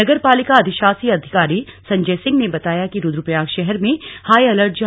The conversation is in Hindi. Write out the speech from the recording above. नगर पालिका अधिशासी अधिकारी संजय सिंह ने बताया कि रुद्रप्रयाग शहर में हाई अलर्ट जारी किया गया है